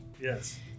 Yes